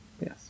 Yes